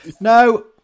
no